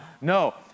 No